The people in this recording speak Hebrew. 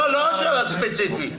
לא הספציפי.